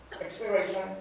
Expiration